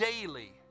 daily